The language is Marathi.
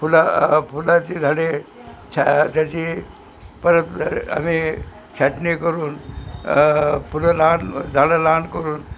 फुला फुलाची झाडे छ त्याची परत आम्ही छाटणी करून फुलं लहान झाडं लहान करून